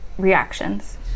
Reactions